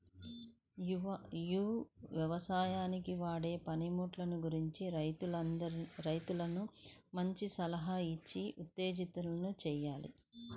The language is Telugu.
యవసాయానికి వాడే పనిముట్లు గురించి రైతన్నలను మంచి సలహాలిచ్చి ఉత్తేజితుల్ని చెయ్యాలి